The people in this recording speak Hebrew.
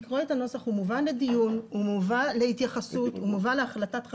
ציינו את זה כדי שזה לא ישמש לעתיד איזושהי אפשרות להפעיל את